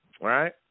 right